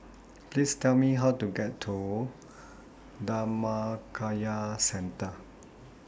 Please Tell Me How to get to Dhammakaya Centre